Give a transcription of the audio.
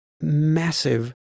massive